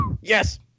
Yes